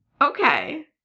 Okay